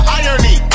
irony